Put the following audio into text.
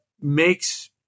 makes